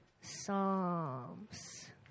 Psalms